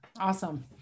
Awesome